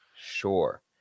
sure